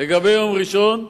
לגבי יום ראשון,